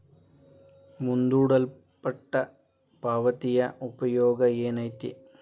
ಮುಂದೂಡಲ್ಪಟ್ಟ ಪಾವತಿಯ ಉಪಯೋಗ ಏನೈತಿ